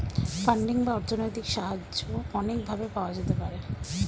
funding বা অর্থনৈতিক সাহায্য অনেক ভাবে পাওয়া যেতে পারে